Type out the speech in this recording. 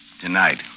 Tonight